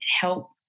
help